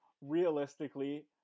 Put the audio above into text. realistically